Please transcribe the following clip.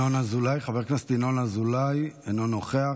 חבר הכנסת ינון אזולאי, אינו נוכח.